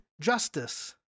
justice